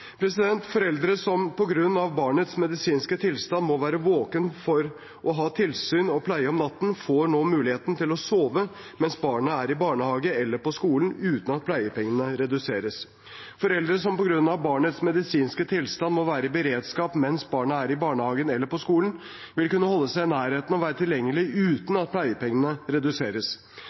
Foreldre som på grunn av barnets medisinske tilstand må være våkne for å ha tilsyn og pleie om natten, får nå mulighet til å sove mens barnet er i barnehage eller på skolen, uten at pleiepengene reduseres. Foreldre som på grunn av barnets medisinske tilstand må være i beredskap mens barnet er i barnehagen eller på skolen, vil kunne holde seg i nærheten og være tilgjengelig, uten at pleiepengene reduseres.